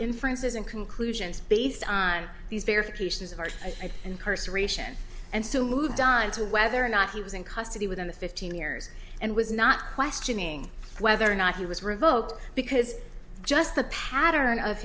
inferences and conclusions based on these verifications our eyes and cursed ration and so moved on to whether or not he was in custody within the fifteen years and was not questioning whether or not he was revoked because just the pattern of